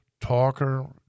talker